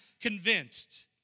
convinced